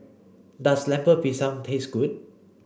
does Lemper Pisang taste good